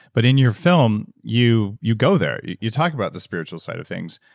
but in your film you you go there, you talk about the spiritual side of things.